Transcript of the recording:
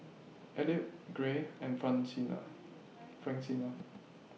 Elliot Gray and Francina Francina